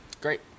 Great